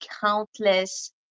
countless